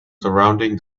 surrounding